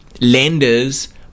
lenders